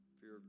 fear